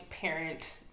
parent